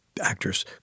actors